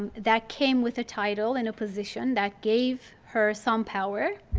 and that came with a title and a position. that gave her some power.